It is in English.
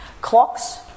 Clocks